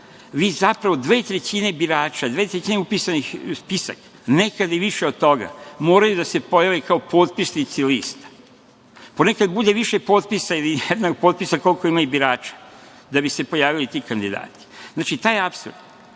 zapravo dve trećine birača, dve trećine upisanih u spisak, nekad i više od toga, moraju da se pojave kao potpisnici lista. Ponekad bude više potpisa ili jednako potpisa koliko ima i birača da bi se pojavili ti kandidati. Znači, taj apsurd,